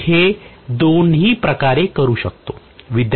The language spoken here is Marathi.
मी हे दोन्ही प्रकारे करू शकतो